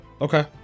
Okay